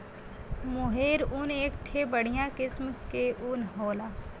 मोहेर ऊन एक ठे बढ़िया किस्म के ऊन होला